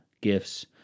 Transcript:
gifts